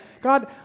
God